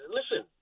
listen